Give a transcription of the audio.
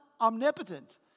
omnipotent